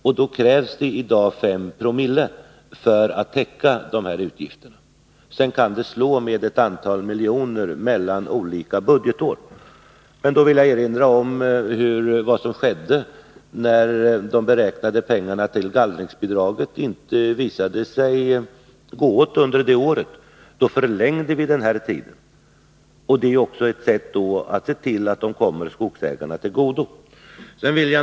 I dag krävs det en avgift på 5 Joo för att täcka utgifterna. Sedan kan behovet variera med ett antal miljoner mellan olika budgetår. Men jag erinrar om vad som skedde när de beräknade pengarna till gallringsbidraget inte visade sig gå åt under det året. Då förlängde vi den här tiden, och det är också ett sätt att se till att pengarna kommer skogsägarna till godo.